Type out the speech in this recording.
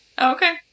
okay